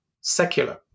secular